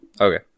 Okay